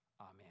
Amen